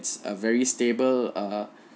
is a very stable err